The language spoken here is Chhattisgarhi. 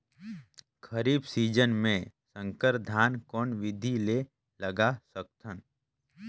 खरीफ सीजन मे संकर धान कोन विधि ले लगा सकथन?